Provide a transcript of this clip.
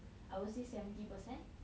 I would say seventy percent